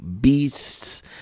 Beasts